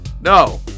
no